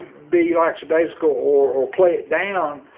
be laksa days ago or or play it down.